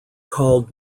called